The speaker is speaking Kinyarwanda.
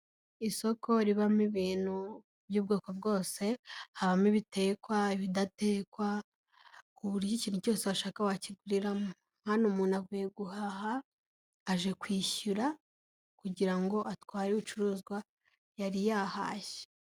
Isoko ribamo ibintu by'ubwoko bwose, habamo ibitekwa, ibidatekwa, ku buryo ikintu cyose washaka wakiguriramo, hano umuntu avuye guhaha aje kwishyura kugira ngo atware ibicuruzwa yari yahashye.